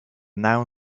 now